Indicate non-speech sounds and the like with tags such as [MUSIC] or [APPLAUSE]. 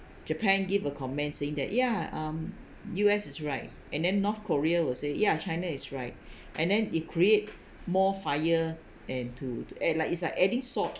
japan give a comment saying that ya um U_S is right and then north korea will say ya china is right [BREATH] and then it create more fire than to to eh like it's like adding salt